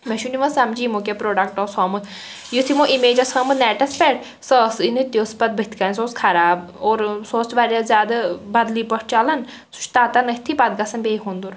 مےٚ چھُنہٕ یِوان سَمجھی یِمو کیٛاہ پرٛوڈَکٹہٕ اوس ہوومُت یُتھ یِمو اِمیج ٲس ہٲومٕژ نیٚٹَس پٮ۪ٹھ سۄ ٲسٕے نہٕ تِژھ پَتہٕ بُتھہِ کٔنۍ سۄ اوس خراب اور سۄ ٲس واریاہ زیادٕ بدلی پٲٹھۍ چَلان سُہ چھُ تَتان أتتھٕے پَتہٕ گژھان بیٚیہِ ہُنٛدُر